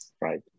Right